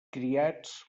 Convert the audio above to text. criats